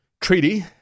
treaty